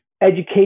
Education